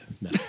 No